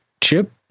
Chip